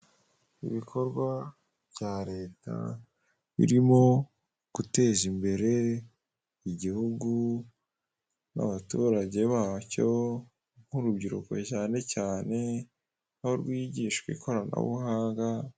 Ibikorwa bya leta birimo guteza imbere igihugu n'abaturage bacyo nk'urubyiruko cyane cyane aho rwigishwa ikoranabuhanga.